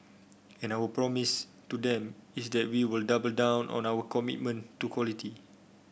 and our promise to them is that we will double down on our commitment to quality